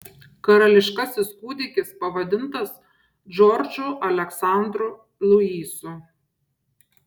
karališkasis kūdikis pavadintas džordžu aleksandru luisu